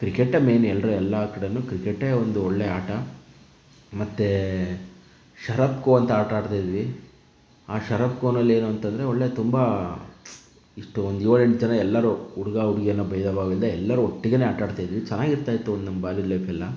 ಕ್ರಿಕೆಟೇ main ಎಲ್ಲರೂ ಎಲ್ಲ ಕಡೆಯೂ ಕ್ರಿಕೆಟೇ ಒಂದು ಒಳ್ಳೆಯ ಆಟ ಮತ್ತು ಶರಬ್ ಕೋ ಅಂತ ಆಟ ಆಡ್ತಾ ಇದ್ವಿ ಆ ಶರಬ್ ಕೋನಲ್ಲಿ ಏನೂಂತಂದರೆ ಒಳ್ಳೆಯ ತುಂಬ ಇಷ್ಟು ಒಂದು ಏಳೆಂಟು ಜನ ಎಲ್ಲರೂ ಹುಡುಗ ಹುಡುಗಿ ಅನ್ನೋ ಭೇದಭಾವ ಇಲ್ಲದೆ ಎಲ್ಲರೂ ಒಟ್ಟಿಗೆಯೇ ಆಟಾಡ್ತಾ ಇದ್ವಿ ಚೆನಾಗಿರ್ತಾ ಇತ್ತು ಒಂದು ನಮ್ಮ ಬಾಲ್ಯದ ಲೈಫೆಲ್ಲ